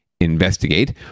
investigate